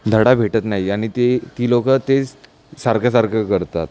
धडा भेटत नाही आणि ते ती लोकं तेच सारखं सारखं करतात